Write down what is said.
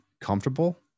comfortable